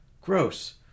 Gross